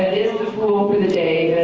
is the fool for the day.